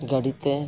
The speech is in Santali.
ᱜᱟᱹᱰᱤᱛᱮ